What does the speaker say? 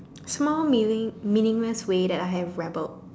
small meaningless way that I have rebel